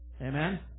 Amen